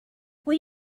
will